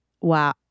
Wow